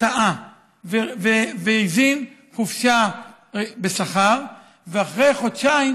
טעה והזין חופשה בשכר ואחרי חודשיים